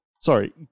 Sorry